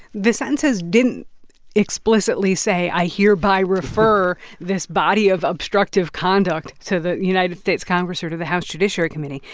the sentences didn't explicitly say, i hereby refer this body of obstructive conduct to the united states congress or to the house judiciary committee.